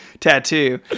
tattoo